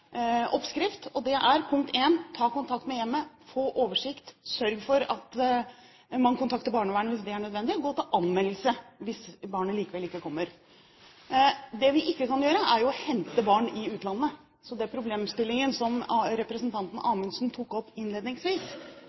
og det er: Ta kontakt med hjemmet, få oversikt, sørg for at man kontakter barnevernet hvis det er nødvendig, og gå til anmeldelse hvis barnet likevel ikke kommer. Det vi ikke kan gjøre, er å hente barn i utlandet, så den problemstillingen som representanten Amundsen tok opp innledningsvis,